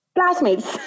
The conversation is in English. Classmates